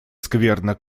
скверно